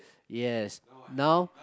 yes now